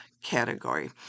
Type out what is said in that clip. category